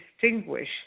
distinguish